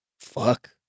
Fuck